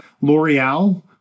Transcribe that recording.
L'Oreal